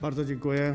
Bardzo dziękuję.